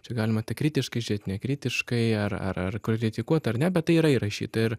čia galima tik kritiškai žiūrėt nekritiškai ar kritikuot ar ne bet tai yra įrašyta ir